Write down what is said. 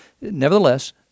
Nevertheless